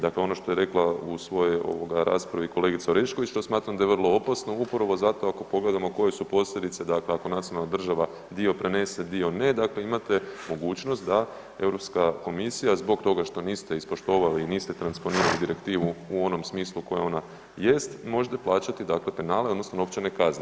Dakle, ono što je rekla u svojoj ovoga raspravi kolegica Orešković, što smatram da je vrlo opasno upravo zato ako pogledamo koje su posljedice, dakle ako nacionalna država dio prenese dio ne, dakle imate mogućnost da Europska komisija zbog toga što niste ispoštovali i niste transponirali direktivu u onom smislu koja ona jest možete plaćat dakle penale odnosno novčane kazne.